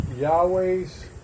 yahweh's